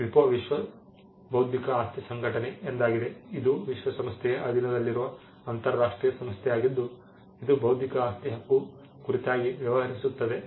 WIPO ವಿಶ್ವ ಬೌದ್ಧಿಕ ಆಸ್ತಿ ಸಂಘಟನೆ ಎಂದಾಗಿದೆ ಇದು ವಿಶ್ವಸಂಸ್ಥೆಯ ಅಧೀನದಲ್ಲಿರುವ ಅಂತರಾಷ್ಟ್ರೀಯ ಸಂಸ್ಥೆ ಆಗಿದ್ದು ಇದು ಬೌದ್ಧಿಕ ಆಸ್ತಿ ಹಕ್ಕು ಕುರಿತಾಗಿ ವ್ಯವಹರಿಸುತ್ತದೆ